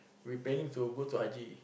we planning to go to haji